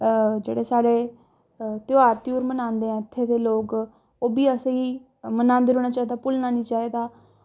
जेह्ड़े साढ़े तेहार तुआर मनांदे ऐ इत्थै दे लोक ओह् बी असें गी मनांदे रौह्ना चाहिदा भुल्लना निं चाहिदा